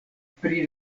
pri